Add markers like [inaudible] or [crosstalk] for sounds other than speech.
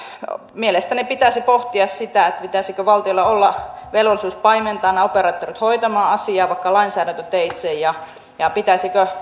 mielestäni pitäisi pohtia sitä pitäisikö valtiolla olla velvollisuus paimentaa nämä operaattorit hoitamaan asiaa vaikka lainsäädäntöteitse ja ja pitäisikö [unintelligible]